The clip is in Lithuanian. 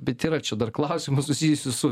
bet yra čia dar klausimų susijusių su